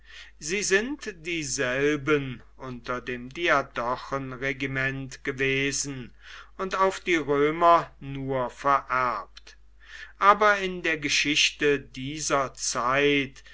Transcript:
sie sind dieselben unter dem diadochenregiment gewesen und auf die römer nur vererbt aber in der geschichte dieser zeit